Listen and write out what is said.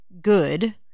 good